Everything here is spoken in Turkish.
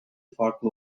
farklı